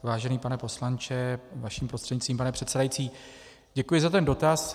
Vážený pane poslanče, vaším prostřednictvím, pane předsedající, děkuji za ten dotaz.